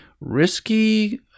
risky